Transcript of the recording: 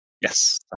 yes